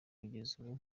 kugeza